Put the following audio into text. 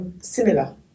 similar